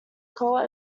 cole